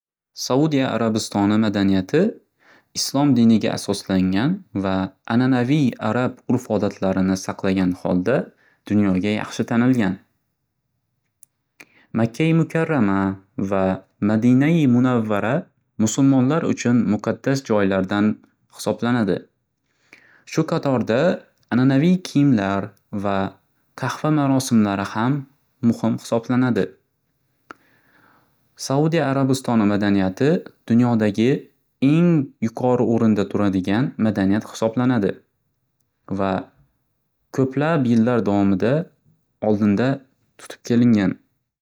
Saudia Arabistoni madaniyati Islom diniga asoslangan va ananaviy arab urf-odatlarini saqlagan holda dunyoga yaxshi tanilgan. Makkayu Mukarrama va Madinai Munavvara musulmonlar uchun muqaddas joylardan hisoblanadi. Shu qatorda ananaviy kiyimlar va qahva marosimlari ham muhim hisoblanadi. Saudia Arabistoni madaniyati dunyodagi eng yuqori o'rinda turadigan madaniyat hisoblanadi va ko'plab yillar davomida oldinda tutb kelingan.